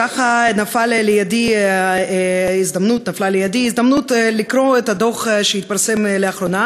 ככה נפלה לידי ההזדמנות לקרוא את הדוח שהתפרסם לאחרונה,